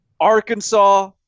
Arkansas